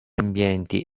ambienti